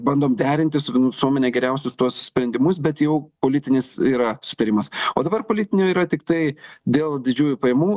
bandom derinti su visuomene geriausius tuos sprendimus bet jau politinis yra sutarimas o dabar politinio yra tiktai dėl didžiųjų pajamų